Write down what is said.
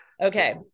Okay